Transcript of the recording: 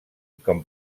com